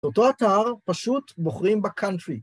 ‫באותו אתר פשוט בוחרים בקלפי.